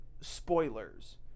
spoilers